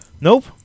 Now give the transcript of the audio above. Nope